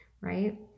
right